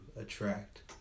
attract